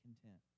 content